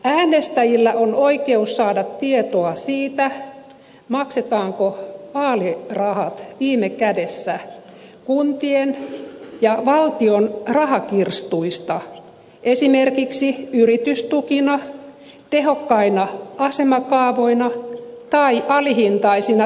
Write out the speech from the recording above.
äänestäjillä on oikeus saada tietoa siitä maksetaanko vaalirahat viime kädessä kuntien ja valtion rahakirstuista esimerkiksi yritystukina tehokkaina asemakaavoina tai alihintaisina tontteina